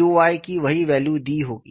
u y की वही value दी होगी